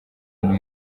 nyuma